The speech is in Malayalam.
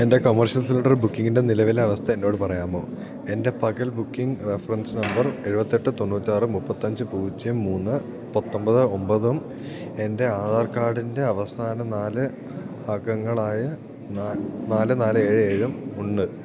എൻ്റെ കൊമേർഷ്യൽ സിലിണ്ടർ ബുക്കിംഗിൻ്റെ നിലവിലെ അവസ്ഥ എന്നോട് പറയാമോ എൻ്റെ പക്കൽ ബുക്കിംഗ് റഫറൻസ് നമ്പർ എഴുപത്തെട്ട് തൊണ്ണൂറ്റാറ് മുപ്പത്തഞ്ച് പൂജ്യം മൂന്ന് പത്തൊമ്പത് ഒമ്പതും എൻ്റെ ആധാർ കാർഡിൻ്റെ അവസാന നാല് അക്കങ്ങളായ നാല് നാല് ഏഴ് ഏഴും ഉണ്ട്